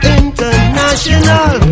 international